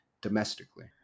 Domestically